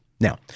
Now